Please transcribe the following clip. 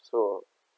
so